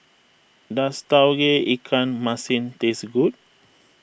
does Tauge Ikan Masin taste good